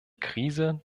krise